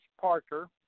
Parker